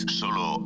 solo